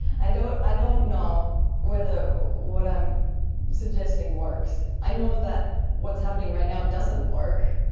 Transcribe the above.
i don't i don't know whether what i'm suggesting works. i know that what's happening right now doesn't work.